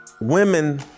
Women